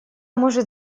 может